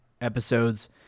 episodes